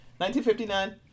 1959